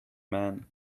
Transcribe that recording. man